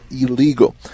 illegal